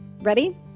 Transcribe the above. Ready